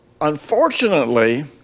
unfortunately